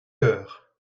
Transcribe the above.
heures